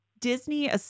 Disney